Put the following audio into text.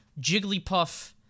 Jigglypuff